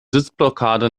sitzblockade